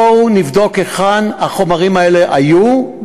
בואו נבדוק היכן החומרים האלה היו,